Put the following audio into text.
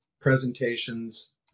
presentations